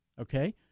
okay